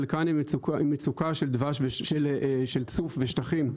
חלקן עם מצוקה של צוף ושטחים,